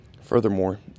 Furthermore